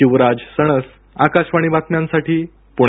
शिवराज सणस आकाशवाणी बातम्यांसाठी पुणे